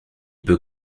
peut